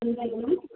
എന്തായിരുന്നു